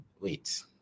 wait